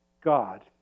God